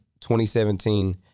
2017